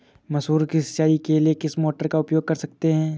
मसूर की सिंचाई के लिए किस मोटर का उपयोग कर सकते हैं?